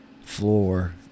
floor